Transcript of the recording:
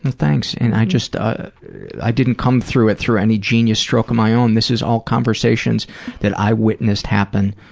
and thanks. and i just ah i didn't come through it through any genius stroke of my own. this is all conversations that i witnessed happen